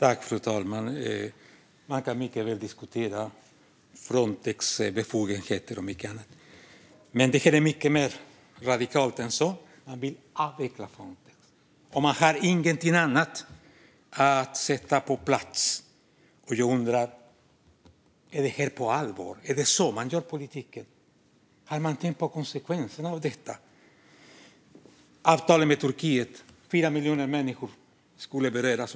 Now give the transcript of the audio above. Fru talman! Man kan mycket väl diskutera Frontex befogenheter och mycket annat. Men det här är mer radikalt än så. Man vill avveckla Frontex, och man har inget annat att sätta i dess ställe. Jag undrar: Är detta på allvar? Är det så man bedriver politik? Har man tänkt på konsekvenserna av detta? Avtalet med Turkiet - tar man bort det är det ungefär 4 miljoner människor som skulle beröras.